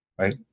right